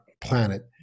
planet